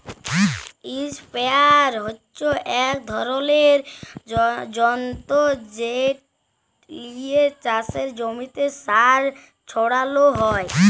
ইসপেরেয়ার হচ্যে এক ধরলের যন্তর যেট লিয়ে চাসের জমিতে সার ছড়ালো হয়